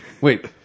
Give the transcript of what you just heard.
Wait